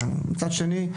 מצד שני,